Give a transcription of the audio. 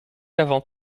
avant